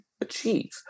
achieve